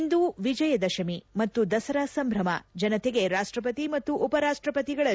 ಇಂದು ವಿಜಯದಶಮಿ ಮತ್ತು ದಸರಾ ಸಂಭ್ರಮ ಜನತೆಗೆ ರಾಷ್ಟಪತಿ ಮತ್ತು ಉಪರಾಷ್ಟಪತಿಗಳ ಶುಭಾಶಯ